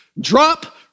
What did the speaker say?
Drop